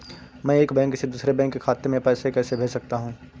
मैं एक बैंक से दूसरे बैंक खाते में पैसे कैसे भेज सकता हूँ?